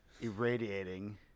irradiating